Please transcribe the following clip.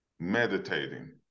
meditating